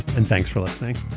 and thanks for listening